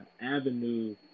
avenue